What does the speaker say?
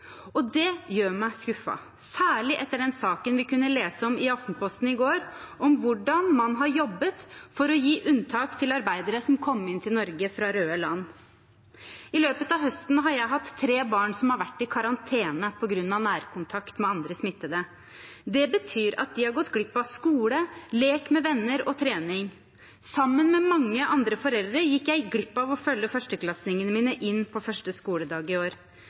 Det gjør meg skuffet, særlig etter den saken vi kunne lese om i Aftenposten i går, om hvordan man har jobbet for å gi unntak for arbeidere som kom inn til Norge fra røde land. I løpet av høsten har jeg hatt tre barn som har vært i karantene på grunn av nærkontakt med andre smittede. Det betyr at de har gått glipp av skole, lek med venner og trening. Sammen med mange andre foreldre gikk jeg glipp av følge førsteklassingene mine inn på første skoledag i år.